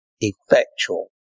Effectual